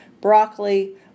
broccoli